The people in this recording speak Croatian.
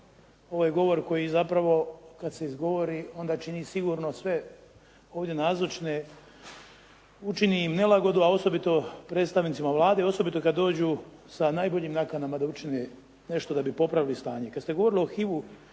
ovo je govor koji zapravo kad se izgovori onda čini sigurno sve nazočne, učini im nelagodu a osobito predstavnicima Vlade i osobito kad dođu sa najboljim nakanama da učine nešto da bi popravili stanje.